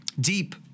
Deep